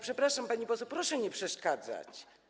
Przepraszam, pani poseł, proszę nie przeszkadzać.